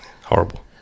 Horrible